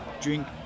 drink